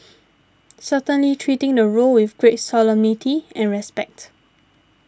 certainly treating the role with great solemnity and respect